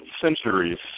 centuries